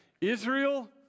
Israel